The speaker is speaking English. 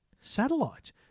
satellite